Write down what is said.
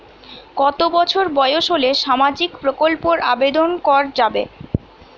কত বছর বয়স হলে সামাজিক প্রকল্পর আবেদন করযাবে?